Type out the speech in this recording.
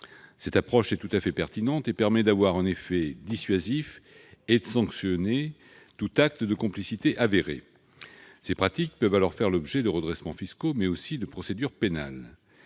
Cette approche est tout à fait pertinente ; elle a un effet dissuasif et permet de sanctionner tout acte de complicité avéré, qui peut alors faire l'objet d'un redressement fiscal, mais aussi d'une procédure pénale.